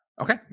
Okay